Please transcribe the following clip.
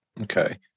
Okay